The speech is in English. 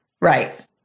Right